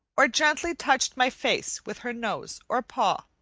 or gently touched my face with her nose or paw.